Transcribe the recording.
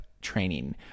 training